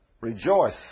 Rejoice